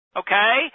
okay